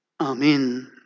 Amen